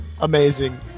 Amazing